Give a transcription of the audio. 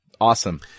Awesome